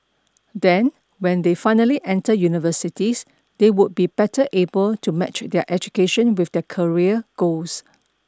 then when they finally enter universities they would be better able to match their education with their career goals